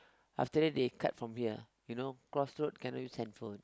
after that they cut from here you know cross road cannot use handphone